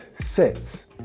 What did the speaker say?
sits